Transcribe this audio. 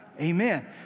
Amen